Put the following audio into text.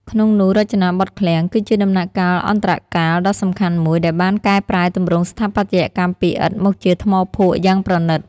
ក្នុងនោះ "រចនាបថឃ្លាំង" គឺជាដំណាក់កាលអន្តរកាលដ៏សំខាន់មួយ ដែលបានកែប្រែទម្រង់ស្ថាបត្យកម្មពីឥដ្ឋមកជាថ្មភក់យ៉ាងប្រណីត។